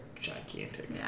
gigantic